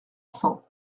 cents